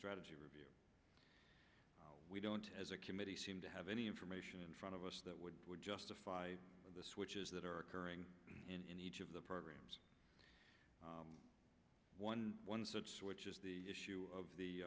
strategy review we don't as a committee seem to have any information in front of us that would justify the switches that are occurring in each of the programs one one such which is the issue of the